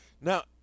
Now